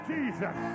Jesus